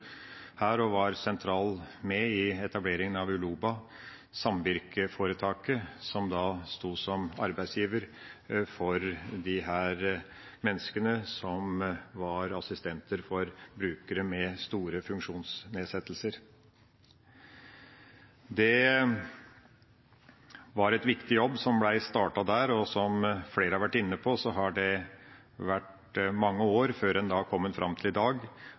her, og som var sentral i etableringa av Uloba, samvirkeforetaket som sto som arbeidsgiver for disse menneskene som var assistenter for brukere med store funksjonsnedsettelser. Det var en viktig jobb som ble startet der. Som flere har vært inne på, har det gått mange år før en har kommet fram til i dag,